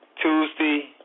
Tuesday